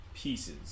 Pieces